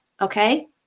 okay